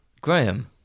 Graham